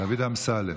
דוד אמסלם.